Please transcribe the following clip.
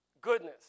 goodness